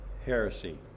heresy